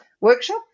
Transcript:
workshop